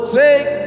take